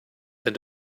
than